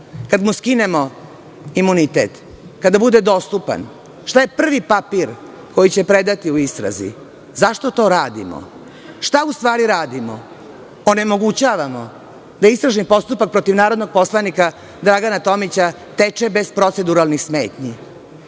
kada mu skinemo imunitet, kada bude dostupan? Šta je prvi papir koji će predati u istrazi? Zašto to radimo? Šta u stvari radimo? Onemogućavamo da istražni postupak protiv narodnog poslanika Dragana Tomića teče bez proceduralnih smetnji.